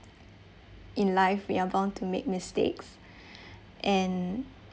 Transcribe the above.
in life we are bound to make mistakes and